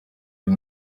uyu